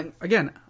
again